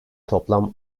toplam